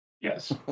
Yes